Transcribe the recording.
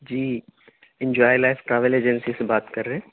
جی enjoy life travel agency سے بات کر رہے ہیں